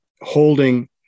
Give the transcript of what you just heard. holding